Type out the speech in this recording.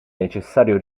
necessario